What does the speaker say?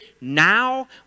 now